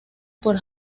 por